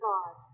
God